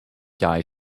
guy